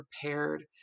prepared